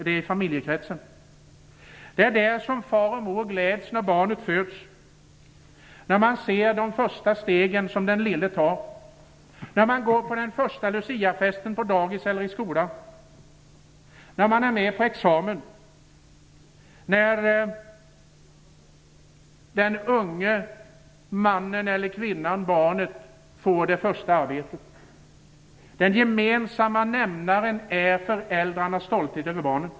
Det är där far och mor gläds när barnet föds, när man ser de första stegen som den lille tar, när man går på den första Luciafesten på dagis eller i skolan, när man är med på examen, när den unga mannen eller kvinnan, barnet, får det första arbetet. Den gemensamma nämnaren är föräldrarnas stolthet över barnen.